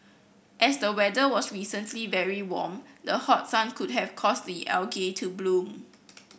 as the weather was recently very warm the hot sun could have caused the algae to bloom